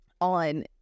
on